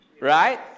Right